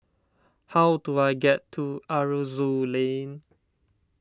how do I get to Aroozoo Lane